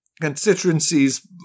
constituencies